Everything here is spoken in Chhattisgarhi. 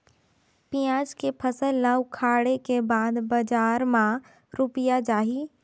पियाज के फसल ला उखाड़े के बाद बजार मा रुपिया जाही?